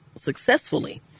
successfully